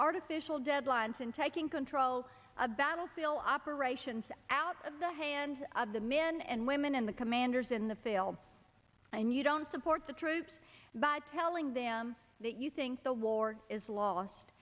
artificial deadlines and taking control of battle feel operations out of the hands of the men and women and the commanders in the field and you don't support the troops by telling them that you think the war is lost